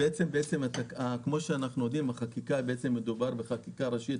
כמו שאנחנו יודעים, מדובר בחקיקה ראשית